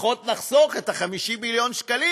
לפחות נחסוך את 50 מיליון השקלים,